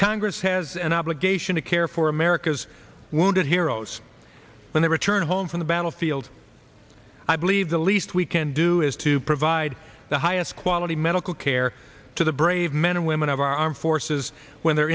congress has an obligation to care for america's wounded heroes when they return home from the battlefield i believe the least we can do is to provide the highest quality medical care to the brave men and women of our armed forces when they